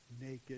naked